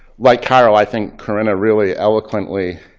like carol, i think corinna really eloquently